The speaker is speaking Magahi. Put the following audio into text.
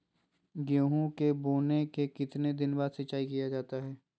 गेंहू के बोने के कितने दिन बाद सिंचाई किया जाता है?